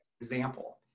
example